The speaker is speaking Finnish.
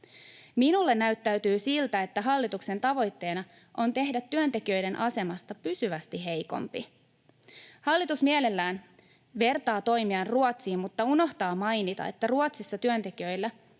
Minulle näyttää siltä, että hallituksen tavoitteena on tehdä työntekijöiden asemasta pysyvästi heikompi. Hallitus mielellään vertaa toimiaan Ruotsiin mutta unohtaa mainita, että Ruotsissa työntekijöillä